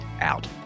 out